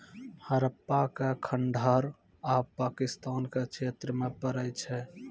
हड़प्पा के खंडहर आब पाकिस्तान के क्षेत्र मे पड़ै छै